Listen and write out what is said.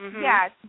Yes